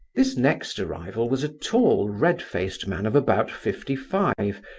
this next arrival was a tall red-faced man of about fifty-five,